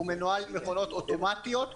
הוא מנוהל במכונות אוטומטיות,